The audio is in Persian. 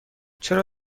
چرا